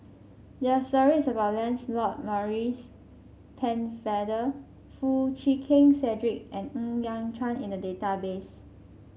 there are stories about Lancelot Maurice Pennefather Foo Chee Keng Cedric and Ng Yat Chuan in the database